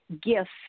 gift